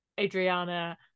Adriana